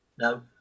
no